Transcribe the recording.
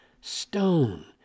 stone